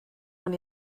man